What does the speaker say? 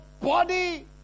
body